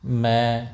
ਮੈਂ